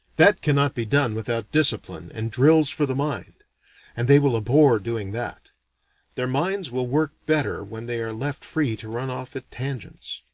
that cannot be done without discipline and drills for the mind and they will abhor doing that their minds will work better when they are left free to run off at tangents.